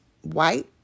white